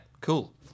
cool